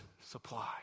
supply